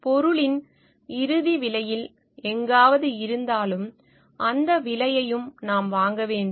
பொருளின் இறுதி விலையில் எங்காவது இருந்தாலும் அந்த விலையையும் நாம் வாங்க வேண்டும்